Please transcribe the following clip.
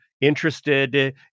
interested